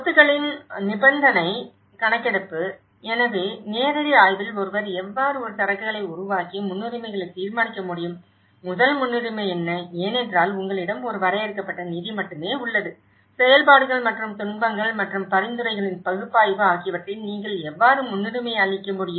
சொத்துக்களின் நிபந்தனை கணக்கெடுப்பு எனவே நேரடி ஆய்வில் ஒருவர் எவ்வாறு ஒரு சரக்குகளை உருவாக்கி முன்னுரிமைகளை தீர்மானிக்க முடியும் முதல் முன்னுரிமை என்ன ஏனென்றால் உங்களிடம் ஒரு வரையறுக்கப்பட்ட நிதி மட்டுமே உள்ளது செயல்பாடுகள் மற்றும் துன்பங்கள் மற்றும் பரிந்துரைகளின் பகுப்பாய்வு ஆகியவற்றை நீங்கள் எவ்வாறு முன்னுரிமையளிக்க முடியும்